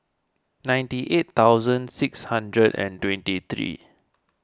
ninety eight thousand six hundred and twenty three